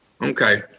Okay